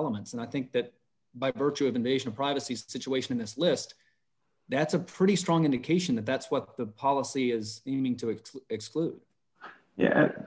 elements and i think that by virtue of invasion of privacy situation in this list that's a pretty strong indication that that's what the policy is you need to act exclude